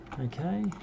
Okay